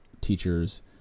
teachers